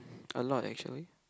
a lot actually